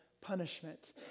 punishment